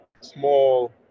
small